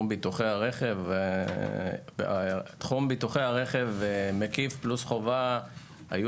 ביטוחי הרכב תחום ביטוחי הרכב מקיף פלוס חובה היו